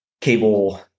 cable